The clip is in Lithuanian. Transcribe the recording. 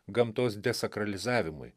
gamtos desakralizavimui